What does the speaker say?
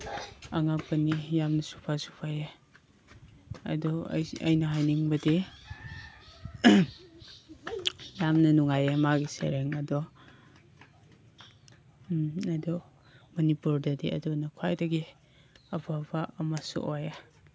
ꯑꯉꯛꯄꯅꯤ ꯌꯥꯝꯅꯁꯨ ꯐꯁꯨ ꯐꯩꯌꯦ ꯑꯗꯨ ꯑꯩꯅ ꯍꯥꯏꯅꯤꯡꯕꯗꯤ ꯌꯥꯝꯅ ꯅꯨꯡꯉꯥꯏꯌꯦ ꯃꯥꯒꯤ ꯁꯩꯔꯦꯡ ꯑꯗꯣ ꯑꯗꯣ ꯃꯅꯤꯄꯨꯔꯗꯗꯤ ꯑꯗꯨꯅ ꯈ꯭ꯋꯥꯏꯗꯒꯤ ꯑꯐꯕ ꯑꯃꯁꯨ ꯑꯣꯏꯌꯦ